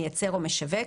מייצר או משווק,